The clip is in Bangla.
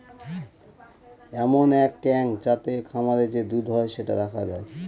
এমন এক ট্যাঙ্ক যাতে খামারে যে দুধ হয় সেটা রাখা যায়